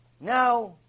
Now